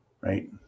right